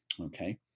okay